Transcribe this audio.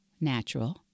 natural